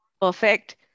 Perfect